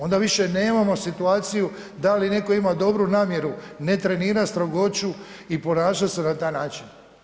Onda više nemamo situaciju da li je netko imao dobru namjeru ne trenirat strogoću i ponašat se na taj način.